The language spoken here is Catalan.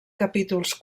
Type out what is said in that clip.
capítols